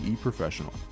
professional